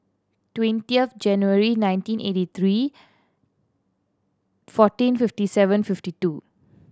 twentieth January nineteen eighty three fourteen fifty seven fifty two